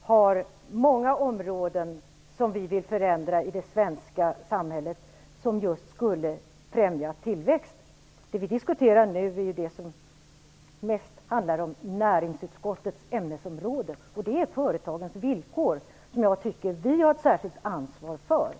har många områden som vi vill förändra i det svenska samhället, och det skulle just främja tillväxten. Det vi diskuterar nu är det som mest handlar om näringsutskottets ämnesområde, och det är företagens villkor, som jag tycker att vi har ett särskilt ansvar för.